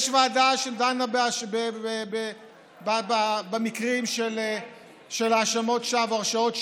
יש ועדה שדנה במקרים של האשמות שווא או הרשעות שווא,